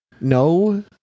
No